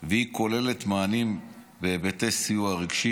והיא כוללת מענים בהיבטי סיוע רגשי,